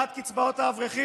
התחלת לדבר על האמסלמים,